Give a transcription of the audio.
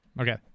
Okay